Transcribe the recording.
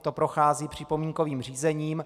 To prochází připomínkovým řízením.